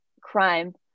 crime